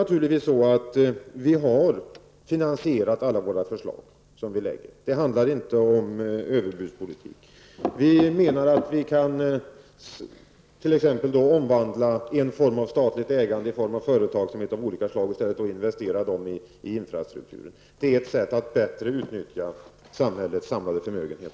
Naturligtvis har vi finansierat alla våra förslag. Det handlar inte om överbudspolitik. Vi menar att statligt ägande i företag av olika slag kan omvandlas till investeringar i infrastruktur. Det är ett sätt att bättre utnyttja samhällets samlade förmögenhet.